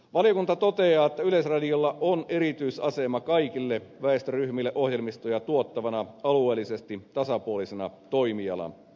valiokunta toteaa että yleisradiolla on erityisasema kaikille väestöryhmille ohjelmistoja tuottavana alueellisesti tasapuolisena toimijana